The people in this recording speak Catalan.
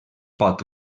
pot